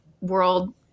world